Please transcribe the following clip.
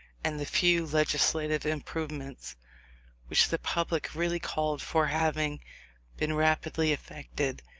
and the few legislative improvements which the public really called for having been rapidly effected,